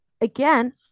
again